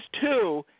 two